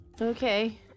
okay